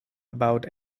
about